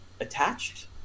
attached